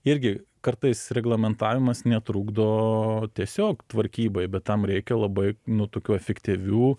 irgi kartais reglamentavimas netrukdo tiesiog tvarkybai bet tam reikia labai nu tokių efektyvių